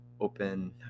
open